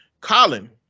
Colin